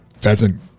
pheasant